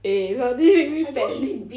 eh suddenly make me very